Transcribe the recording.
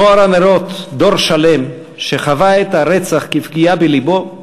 נוער הנרות, דור שלם שחווה את הרצח כפגיעה בלבו,